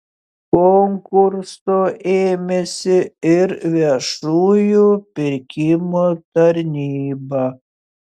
konkurso ėmėsi ir viešųjų pirkimų tarnyba